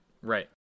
right